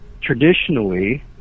traditionally